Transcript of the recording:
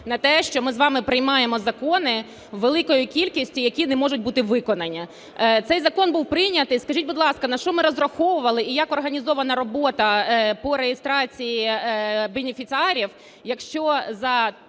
на те, що ми з вами приймаємо закони великою кількістю, які не можуть бути виконані. Цей закон був прийнятий. Скажіть, будь ласка, на що ми розраховували і як організована робота по реєстрації бенефіціарів, якщо за